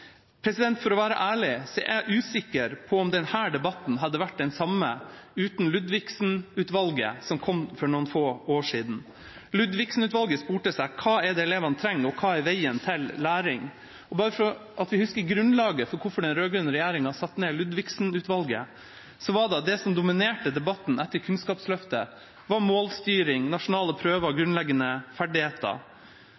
For å være ærlig er jeg usikker på om denne debatten hadde vært den samme uten Ludvigsen-utvalget, som kom for noen få år siden. Ludvigsen-utvalget spurte seg om hva det er elevene trenger, og hva som er veien til læring. Og bare så vi skal huske grunnlaget for hvorfor den rød-grønne regjeringa satte ned Ludvigsen-utvalget, var det at det som dominerte debatten etter Kunnskapsløftet, var målstyring, nasjonale prøver og